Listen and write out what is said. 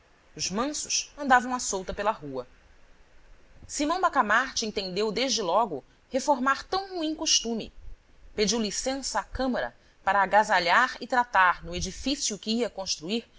os mansos andavam à solta pela rua simão bacamarte entendeu desde logo reformar tão ruim costume pediu licença à câmara para agasalhar e tratar no edifício que ia construir